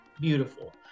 beautiful